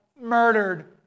murdered